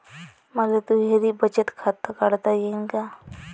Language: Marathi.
मले दुहेरी बचत खातं काढता येईन का?